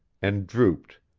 and drooped,